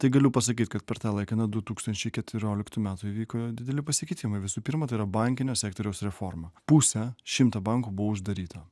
tai galiu pasakyt kad per tą laiką nuo du tūkstančiai keturioliktų metų įvyko dideli pasikeitimai visų pirma tai yra bankinio sektoriaus reforma pusę šimto bankų buvo uždaryta